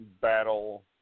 battle